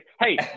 Hey